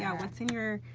yeah what's in your